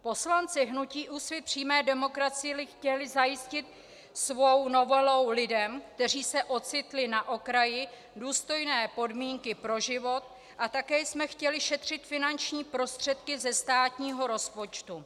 Poslanci hnutí Úsvit přímé demokracie chtěli zajistit svou novelou lidem, kteří se ocitli na okraji, důstojné podmínky pro život a také jsme chtěli šetřit finanční prostředky ze státního rozpočtu.